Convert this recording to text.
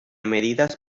medidas